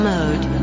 Mode